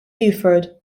beaufort